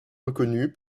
reconnu